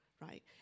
right